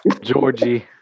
Georgie